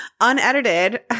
unedited